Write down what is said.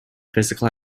physical